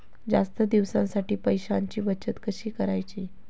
जास्त दिवसांसाठी पैशांची बचत कशी करायची?